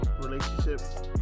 relationships